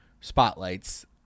spotlights